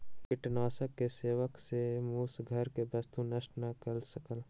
कृंतकनाशक के सेवन सॅ मूस घर के वस्तु नष्ट नै कय सकल